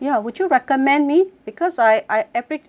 recommend me because I I every we tried this